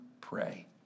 pray